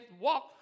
walk